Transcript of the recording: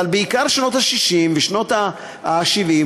אבל בעיקר שנות ה-60 ושנות ה-70.